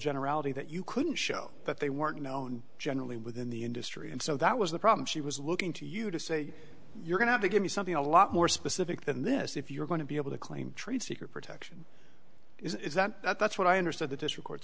generality that you couldn't show but they weren't known generally within the industry and so that was the problem she was looking to you to say you're going to give me something a lot more specific than this if you're going to be able to claim trade secret protection is that that's what i understood that this records